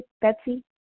Betsy